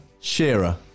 Shearer